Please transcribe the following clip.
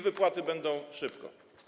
Wypłaty będą szybko.